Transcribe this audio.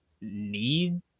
need